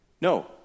No